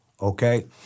okay